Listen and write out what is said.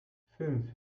fünf